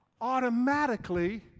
automatically